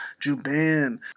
Juban